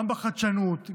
גם בחדשנות,